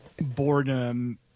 boredom